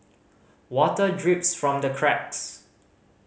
water drips from the cracks